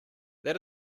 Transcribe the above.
that